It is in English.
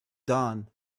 dawn